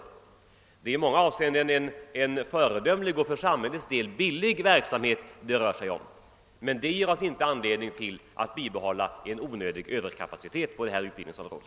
Det är en i många avseenden föredömlig och för samhällets del billig verksamhet det rör sig om, men det ger oss inte anledning till att bibehålla en onödig överkapacitet på just detta utbildningsområde.